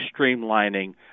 streamlining